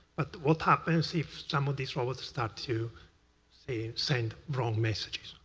but what happens if some of these robots start to so send wrong messages?